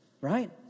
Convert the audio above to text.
right